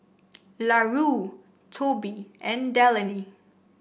Larue Tobe and Delaney